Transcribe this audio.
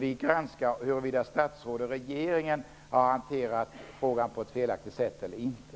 Vi granskar huruvida statsråd oh regering hanterat frågan på ett felaktigt sätt eller inte.